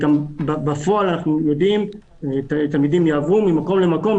בפועל אנחנו יודעים שתלמידים יעברו ממקום למקום,